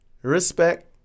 Respect